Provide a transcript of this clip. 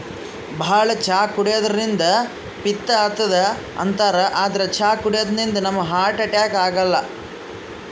ಭಾಳ್ ಚಾ ಕುಡ್ಯದ್ರಿನ್ದ ಪಿತ್ತ್ ಆತದ್ ಅಂತಾರ್ ಆದ್ರ್ ಚಾ ಕುಡ್ಯದಿಂದ್ ನಮ್ಗ್ ಹಾರ್ಟ್ ಅಟ್ಯಾಕ್ ಆಗಲ್ಲ